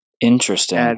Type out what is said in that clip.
Interesting